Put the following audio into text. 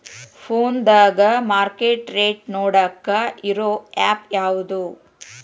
ಫೋನದಾಗ market rate ನೋಡಾಕ್ ಇರು ಆ್ಯಪ್ ಯಾವದು?